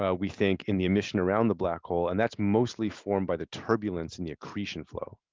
ah we think in the emission around the black hole and that's mostly formed by the turbulence and the ecreation flow.